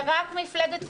זה רק מפלגת כולנו.